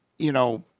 you know.